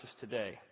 today